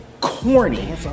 corny